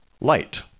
light